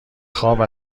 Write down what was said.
خواب